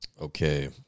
Okay